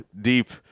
deep